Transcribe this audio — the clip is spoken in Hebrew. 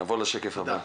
נעבור לשקף הבא.